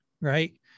right